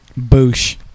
Boosh